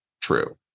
true